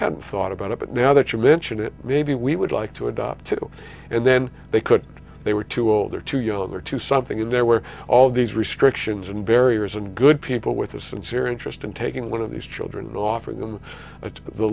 haven't thought about it but now that you mention it maybe we would like to adopt it and then they could they were too old or too young or too something in there were all these restrictions and barriers and good people with a sincere interest in taking one of these children and offering them t